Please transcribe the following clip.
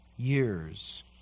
Years